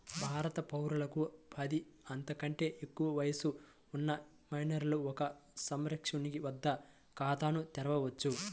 భారత పౌరులకు పది, అంతకంటే ఎక్కువ వయస్సు ఉన్న మైనర్లు ఒక సంరక్షకుని వద్ద ఖాతాను తెరవవచ్చు